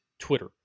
Twitter